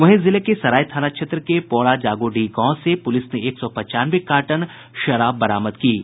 वहीं जिले के सराय थाना क्षेत्र के पौरा जागोडीह गांव से पुलिस ने एक सौ पंचानवे कार्टन शराब बरामद की है